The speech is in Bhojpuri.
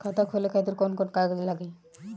खाता खोले खातिर कौन कौन कागज लागी?